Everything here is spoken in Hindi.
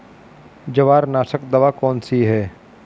जवार नाशक दवा कौन सी है?